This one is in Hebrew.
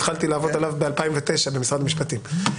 התחלתי לעבוד עליו ב-2009 במשרד המשפטים.